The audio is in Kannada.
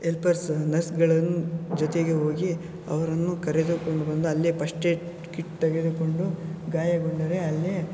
ಎಲ್ಪರ್ಸ್ ನರ್ಸ್ಗಳನ್ನು ಜೊತೆಗೆ ಹೋಗಿ ಅವರನ್ನು ಕರೆದುಕೊಂಡು ಬಂದು ಅಲ್ಲೇ ಪಸ್ಟ್ಏಡ್ ಕಿಟ್ ತೆಗೆದುಕೊಂಡು ಗಾಯಗೊಂಡರೆ ಅಲ್ಲೇ